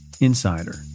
insider